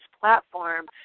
platform